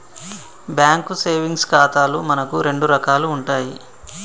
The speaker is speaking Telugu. బ్యాంకు సేవింగ్స్ ఖాతాలు మనకు రెండు రకాలు ఉంటాయి